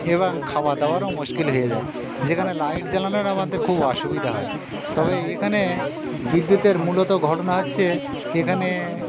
এবং খাওয়া দাওয়ারও মুশকিল হয়ে যায় যেখানে লাইট জ্বালানোর আমাদের খুব অসুবিধা হয় তবে এখানে বিদ্যুতের মূলত ঘটনা হচ্ছে এখানে